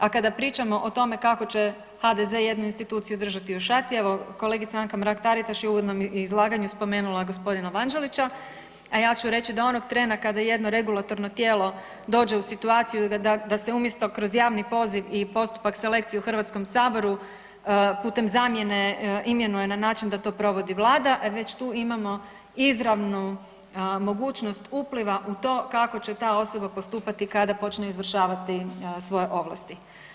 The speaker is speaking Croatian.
A kada pričamo o tome kako će HDZ jednu instituciju držati u šaci, evo kolegica Anka Mrak Taritaš je u uvodnom izlaganju spomenula gospodina Vanđelića, a ja ću reći da onog trena kada jedno regulatorno tijelo dođe u situaciju da se umjesto kroz javni poziv i postupak selekcije u Hrvatskom saboru putem zamjene imenuje na način da to provodi Vlada već tu imamo izravnu mogućnost upliva u to kako će ta osoba postupati kada počne izvršavati svoje ovlasti.